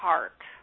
Heart